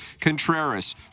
Contreras